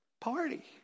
party